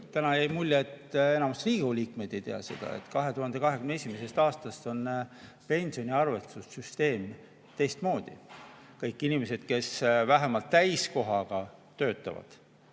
täna jäi mulje, et ka enamik Riigikogu liikmeid seda ei tea, et 2021. aastast on pensioniarvestussüsteem teistmoodi. Kõik inimesed, kes vähemalt täiskohaga töötavad,